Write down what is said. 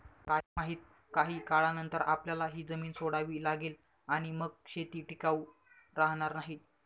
काय माहित, काही काळानंतर आपल्याला ही जमीन सोडावी लागेल आणि मग शेती टिकाऊ राहणार नाही